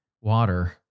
water